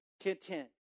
content